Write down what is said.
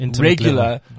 regular